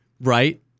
right